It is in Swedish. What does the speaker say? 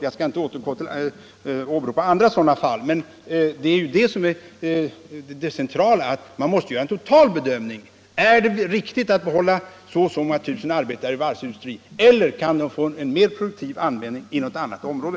Jag skall inte åberopa andra sådana fall, men det centrala är att man måste göra en total bedömning — är det riktigt att behålla så och så många arbetare inom varvsindustrin, eller kan de få en mer produktiv användning inom något annat område?